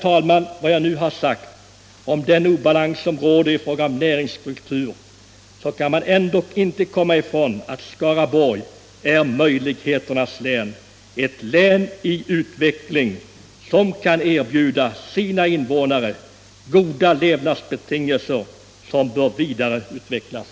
Trots vad jag nu sagt om den obalans som råder i fråga om näringsstruktur kan jag ändå inte komma ifrån att Skaraborg är möjligheternas län, ett län i utveckling som kan erbjuda sina invånare goda levnadsbetingelser som bör vidareutvecklas.